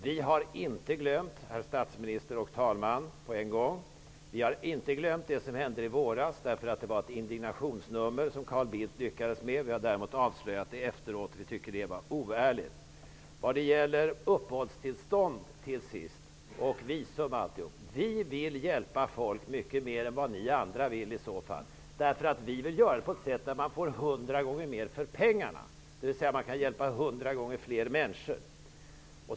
Vi har inte glömt, herr statsminister och herr talman -- jag nämner båda på en gång -- det som hände i våras, därför att det var ett indignationsnummer som Carl Bildt lyckades med. Däremot har vi avslöjat det efteråt, för vi tycker att det var oärligt. Till sist några ord vad gäller uppehållstillstånd, visum etc. Vi vill hjälpa människor mycket mera än ni andra vill. Vi vill göra det på ett sådant sätt att man får hundra gånger mer för pengarna -- dvs. man kan hjälpa hundra gånger fler människor.